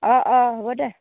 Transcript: অঁ অঁ হ'ব দে